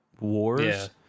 wars